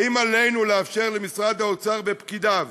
האם עלינו לאפשר למשרד האוצר ופקידיו